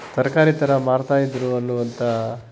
ತರಕಾರಿ ಥರ ಮಾರುತ್ತಾ ಇದ್ದರು ಅನ್ನುವಂಥ